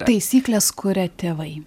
taisykles kuria tėvai